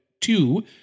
two